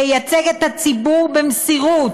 ייצג את הציבור במסירות.